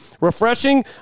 refreshing